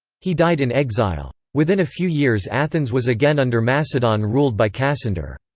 he died in exile. within a few years athens was again under macedon ruled by cassander.